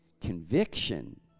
Conviction